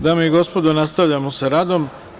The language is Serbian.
Dame i gospodo, nastavljamo sa radom.